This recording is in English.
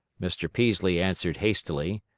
mr. peaslee answered hastily.